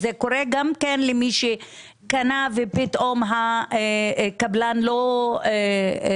זה קורה גם כן למי שקנה ופתאום הקבלן לא מכר.